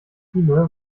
fine